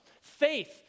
Faith